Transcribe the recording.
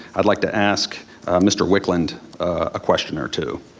i'd like to ask mr. wicklund a question or two.